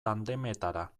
tandemetara